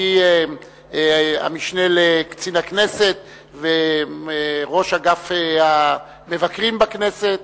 המשנה לקצין הכנסת וראש אגף המבקרים בכנסת,